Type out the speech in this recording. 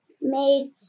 made